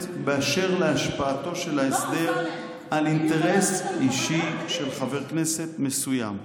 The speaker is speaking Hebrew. באשר להשפעתו של ההסדר על אינטרס אישי של חבר כנסת מסוים,